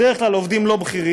בדרך כלל עובדים לא בכירים,